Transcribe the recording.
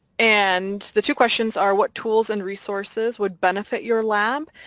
and the two questions are what tools and resources would benefit your lab?